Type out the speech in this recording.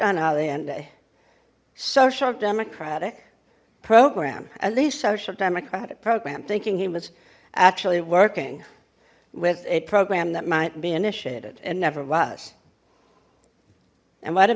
early and a social democratic program at least social democratic program thinking he was actually working with a program that might be initiated it never was and what a